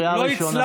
קריאה ראשונה.